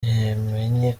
yamenye